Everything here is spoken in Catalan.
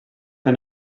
fer